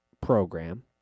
program